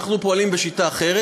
אנחנו פועלים בשיטה אחרת,